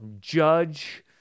judge